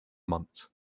months